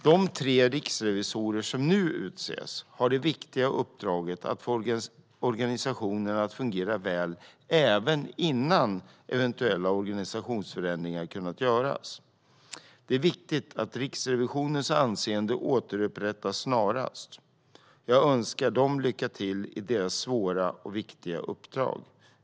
De tre riksrevisorer som nu utses har det viktiga uppdraget att få organisationen att fungera väl även innan eventuella organisationsförändringar har kunnat göras. Det är viktigt att Riksrevisionens anseende återupprättas snarast. Jag önskar dem lycka till i deras svåra och viktiga uppdrag.